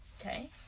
okay